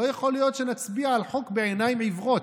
לא יכול להיות שנצביע על חוק בעיניים עיוורות.